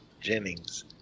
Jennings